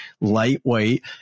lightweight